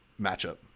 matchup